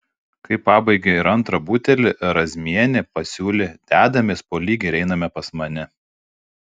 kai pabaigė ir antrą butelį razmienė pasiūlė dedamės po lygiai ir einame pas mane